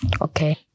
Okay